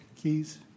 keys